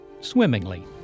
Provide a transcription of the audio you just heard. swimmingly